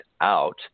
out